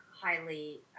highly